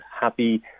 happy